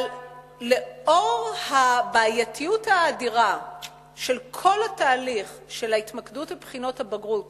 אבל לנוכח הבעייתיות האדירה של כל התהליך של ההתמקדות בבחינות הבגרות